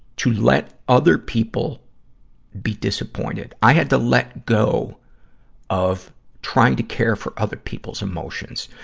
to let other people be disappointed. i had to let go of trying to care for other people's emotions.